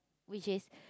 which is